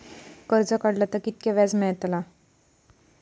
कर्ज काडला तर कीतक्या व्याज मेळतला?